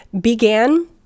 began